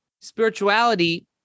spirituality